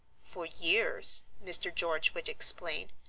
for years, mr. george would explain,